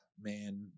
man